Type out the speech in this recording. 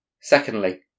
Secondly